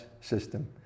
system